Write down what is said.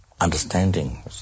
understanding